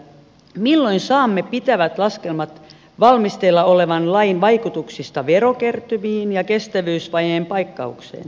milloin saamme pitävät laskelmat valmisteilla olevan lain vaikutuksista verokertymiin ja kestävyysvajeen paikkaukseen